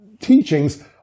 teachings